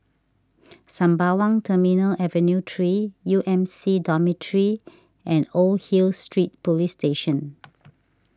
Sembawang Terminal Avenue three U M C Dormitory and Old Hill Street Police Station